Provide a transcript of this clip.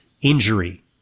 injury